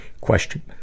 Question